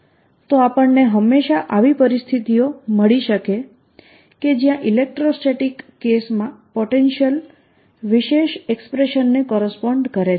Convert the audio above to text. તો આપણને હંમેશાં આવી પરિસ્થિતિઓ મળી શકે જ્યાં ઇલેક્ટ્રોસ્ટેટિક કેસ માં પોટેન્શિયલ વિશેષ એક્સ્પ્રેશન ને કોરસપોન્ડ કરે છે